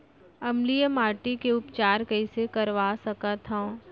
अम्लीय माटी के उपचार कइसे करवा सकत हव?